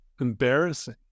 embarrassing